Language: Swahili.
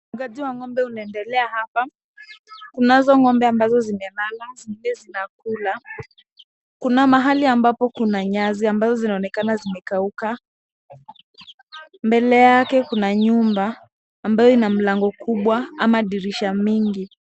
Ufugaji wa ng'ombe unaendelea hapa. Kunazo ng'ombe ambazo zimelala zingine zinakula. Kuna mahali ambapo kuna nyasi ambazo zinaonekana zimekauka. Mbele yake kuna nyumba ambayo ina mlango kubwa ama dirisha mingi.